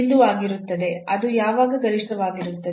ಅದು ಯಾವಾಗ ಗರಿಷ್ಠವಾಗಿರುತ್ತದೆ